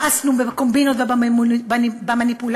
מאסנו בקומבינות ובמניפולציות,